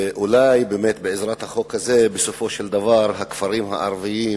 אולי באמת בעזרת החוק הזה בסופו של דבר הכפרים הערביים